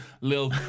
little